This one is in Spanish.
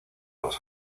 los